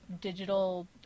digital